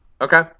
Okay